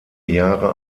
jahre